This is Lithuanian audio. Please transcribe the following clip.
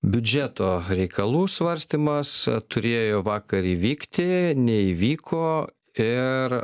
biudžeto reikalų svarstymas turėjo vakar įvykti neįvyko ir